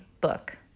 book